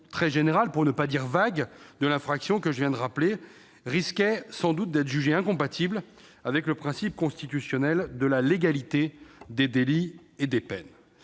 très générale, pour ne pas dire vague, de l'infraction que je viens de rappeler risquait sans doute d'être jugée incompatible avec le principe constitutionnel de la légalité des délits et des peines.